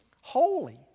holy